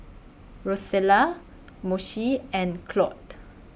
Rosella Moshe and Claud